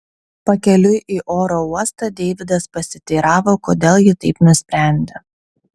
pakeliui į oro uostą deividas pasiteiravo kodėl ji taip nusprendė